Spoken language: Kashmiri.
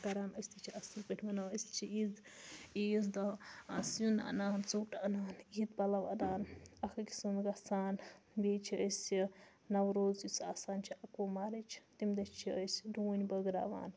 کَران أسۍ تہِ چھِ اَصٕل پٲٹھۍ مَناوان أسۍ تہِ چھِ عیٖذ عیٖذ دۄہ سیُن اَنان ژوٚٹ اَنان عیٖد پَلَو اَنان اَکھ أکۍ سُںٛد گژھان بیٚیہِ چھِ أسۍ یہِ نوروز یُس آسان چھُ اَکہٕ وُہ مارٕچ تمہِ دۄہ چھِ أسۍ ڈوٗںۍ بٲگراوان